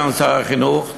סגן שר החינוך,